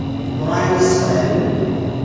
ᱯᱚᱨᱟᱭᱚᱱᱤ Soren